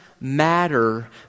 matter